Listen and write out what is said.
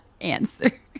answer